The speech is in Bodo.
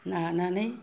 नानानै